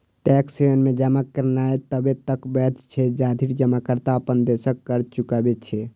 tax haven मे जमा करनाय तबे तक वैध छै, जाधरि जमाकर्ता अपन देशक कर चुकबै छै